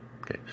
Okay